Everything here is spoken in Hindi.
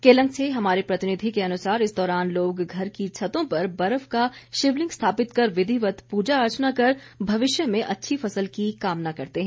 केलंग से हमारे प्रतिनिधि के अनुसार इस दौरान लोग घर की छतों पर बर्फ का शिवलिंग स्थापित कर विधिवत प्रजा अर्चना कर भविष्य में अच्छी फसल की कामना करते है